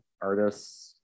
artists